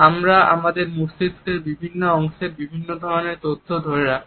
আমরা আমাদের মস্তিষ্কের বিভিন্ন অংশের বিভিন্ন ধরনের তথ্য ধরে রাখি